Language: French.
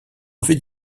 avait